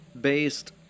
based